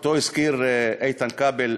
שהזכיר איתן כבל,